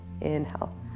Inhale